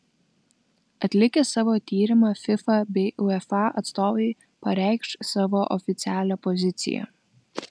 atlikę savo tyrimą fifa bei uefa atstovai pareikš savo oficialią poziciją